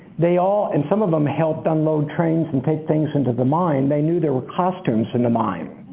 they all and some of them helped unload trains and take things into the mine, they knew there were costumes in the mine.